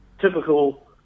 typical